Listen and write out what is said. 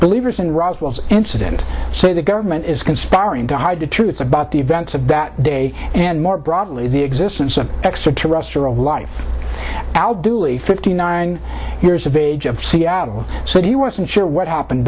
believers in roswell incident say the government is conspiring to hide the truth about the events of that day and more broadly the existence of extraterrestrial life al dooley fifty nine years of age of seattle so he wasn't sure what happened